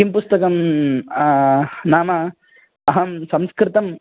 किं पुस्तकं नाम अहं संस्कृतं